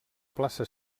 plaça